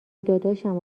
داداشم